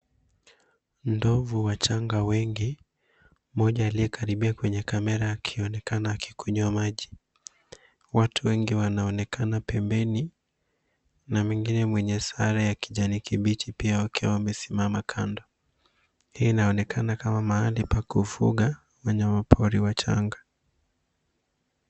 Ndovu wachanga wengi, mmoja aliyekaribia kwenye kamera akionekana akikunywa maji . Watu wengi wanaonekana pembeni. Na mwingine mwenye sare ya kijani kibichi pia akiwa amesimama kando. Hii inaonekana kama mahali pa kufuga wanyama pori wachanga.